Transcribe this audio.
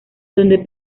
donde